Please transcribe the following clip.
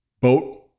boat